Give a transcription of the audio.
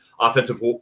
offensive